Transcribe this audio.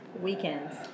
Weekends